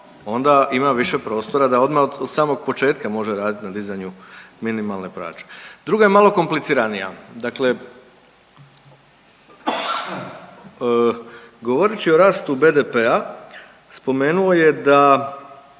onda ima više prostora da odmah od samog početka može raditi na dizanju minimalne plaće. Druga je malo kompliciranija. Dakle, govoreći o rastu BDP-a spomenuo je da